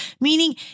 meaning